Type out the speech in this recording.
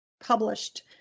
published